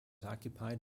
occupied